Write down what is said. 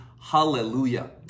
Hallelujah